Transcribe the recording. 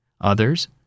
Others